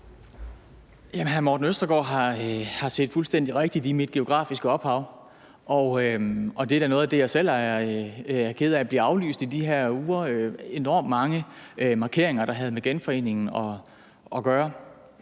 Morten Østergaard har set fuldstændig rigtigt med hensyn til mit geografiske ophav, og det er da noget af det, jeg selv er ked af bliver aflyst i de her uger, altså de enormt mange markeringer, der havde med genforeningen at gøre,